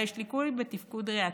שבה יש ליקוי בתפקוד ריאתי.